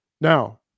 now